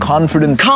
Confidence